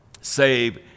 save